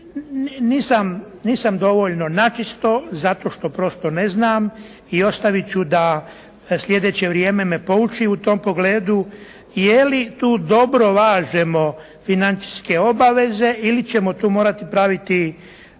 Nisam dovoljno načisto, zato što prosto ne znam i ostaviti ću da sljedeće vrijeme me pouči u tom pogledu, je li tu dobro važemo financijske obaveze ili ćemo tu morati praviti